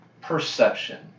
perception